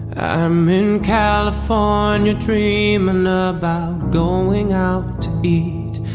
i'm in california dreaming about going out to be.